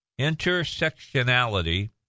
intersectionality